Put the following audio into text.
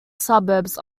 suburbs